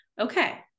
okay